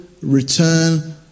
return